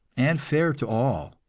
and fair to all,